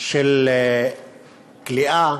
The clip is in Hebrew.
של כליאה